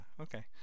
okay